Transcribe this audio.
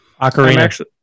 Ocarina